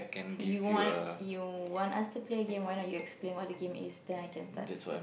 you want you want us to play a game why not you explain what the game is then I can start